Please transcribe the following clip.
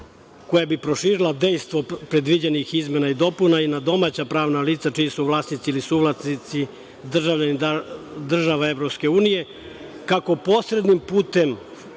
koja bi proširila dejstvo predviđenih izmena i dopuna i na domaća pravna lica čiji su vlasnici ili suvlasnici državljani država EU, kako posrednim putem,